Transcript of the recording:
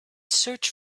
search